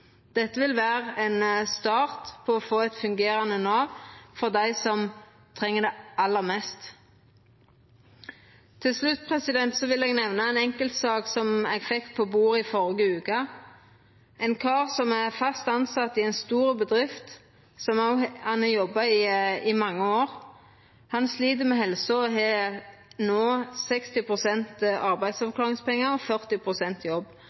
Dette vil vera ein start på å få eit fungerande Nav for dei som treng det aller mest. Til slutt vil eg nemna ei enkeltsak eg fekk på bordet i førre veke. Ein kar som er fast tilsett i ei stor bedrift som han har jobba i i mange år, slit med helsa og har no 60 pst. arbeidsavklaringspengar og 40 pst. jobb.